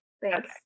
Thanks